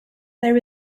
there